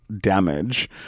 damage